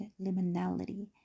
liminality